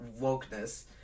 wokeness